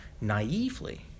naively